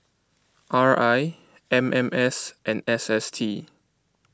R I M M S and S S T